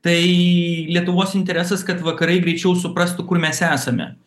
tai lietuvos interesas kad vakarai greičiau suprastų kur mes esame